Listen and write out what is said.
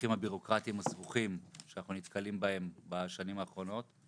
התהליכים הבירוקרטיים הסבוכים שאנחנו נתקלים בהם בשנים האחרונות,